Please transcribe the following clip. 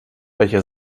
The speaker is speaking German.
welcher